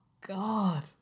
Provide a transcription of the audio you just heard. God